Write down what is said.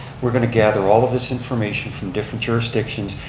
we're going to gather all of this information from different jurisdictions.